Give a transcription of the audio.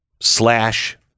slash